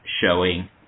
showing